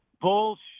Bullshit